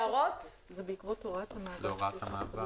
יש הערות להוראת המעבר?